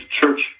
church